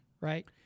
right